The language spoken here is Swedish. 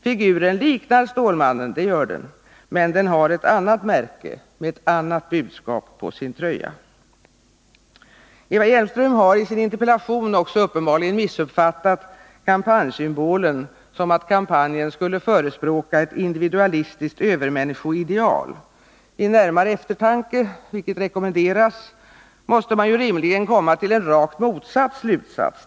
Figuren liknar Stålmannen — det gör den — men den har ett annat märke, med ett annat budskap på sin tröja. Eva Hjelmström har uppenbarligen, av interpellationen att döma, missuppfattat kampanjsymbolen på det sättet att kampanjen skulle förespråka ett individualistiskt övermänniskoideal. Vid närmare eftertanke — något som rekommenderas — måste man rimligen komma till rakt motsatt slutsats.